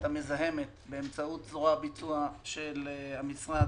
המזהמת באמצעות זרוע הביצוע של המשרד,